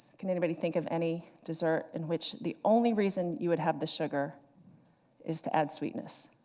can anybody think of any dessert in which the only reason you would have the sugar is to add sweetness?